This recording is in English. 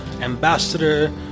ambassador